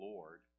Lord